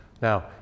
Now